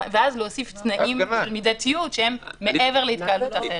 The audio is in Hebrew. ואז להוסיף תנאים של מידתיות שהם מעבר להתקהלות אחרת.